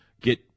Get